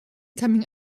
coming